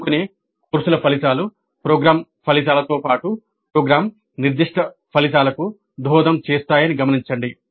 ఎన్నుకునే కోర్సుల ఫలితాలు ప్రోగ్రామ్ ఫలితాలతో పాటు ప్రోగ్రామ్ నిర్దిష్ట ఫలితాలకు దోహదం చేస్తాయని గమనించండి